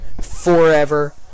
forever